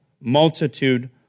multitude